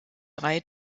drei